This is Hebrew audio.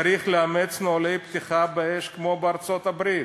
צריך לאמץ נוהלי פתיחה באש כמו בארצות-הברית.